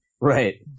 Right